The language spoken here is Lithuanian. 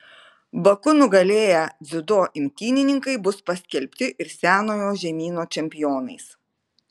baku nugalėję dziudo imtynininkai bus paskelbti ir senojo žemyno čempionais